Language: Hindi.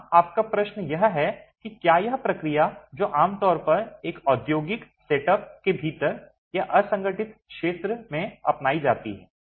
हां आपका प्रश्न यह है कि क्या यह प्रक्रिया है जो आमतौर पर एक औद्योगिक सेटअप के भीतर या असंगठित क्षेत्र में अपनाई जाती है